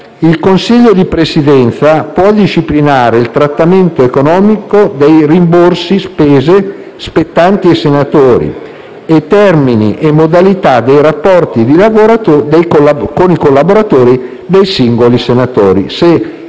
«Il Consiglio di Presidenza può disciplinare il trattamento economico dei rimborsi spese spettanti ai Senatori e termini e modalità dei rapporti con i collaboratori dei singoli Senatori».